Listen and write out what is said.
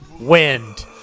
wind